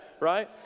right